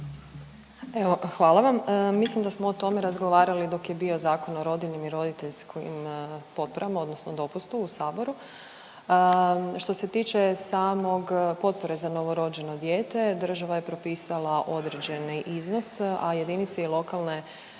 hvala vam. Mislim da smo o tome razgovarali dok je bio Zakon o rodiljnim i roditeljskim potporama odnosno dopustu u saboru. Što se tiče samog potpore za novorođeno dijete, država je propisala određeni iznos, a jedinice lokalne